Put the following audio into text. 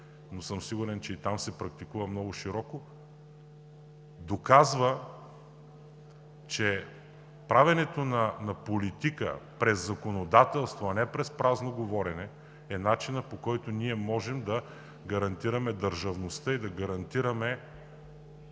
но съм сигурен, че и там се практикува много широко, доказва, че правенето на политика през законодателство, а не през празно говорене е начинът, по който ние можем да гарантираме държавността и спазването